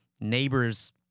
neighbor's